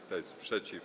Kto jest przeciw?